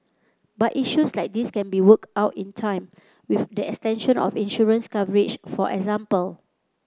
but issues like these can be worked out in time with the extension of insurance coverage for example